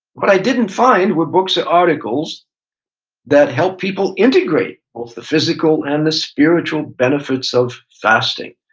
what i didn't find were books and articles that help people integrate both the physical and the spiritual benefits of fasting.